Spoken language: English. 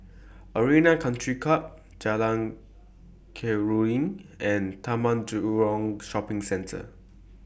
Arena Country Club Jalan Keruing and Taman Jurong Shopping Centre